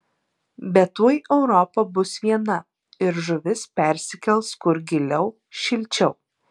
bet tuoj europa bus viena ir žuvis persikels kur giliau šilčiau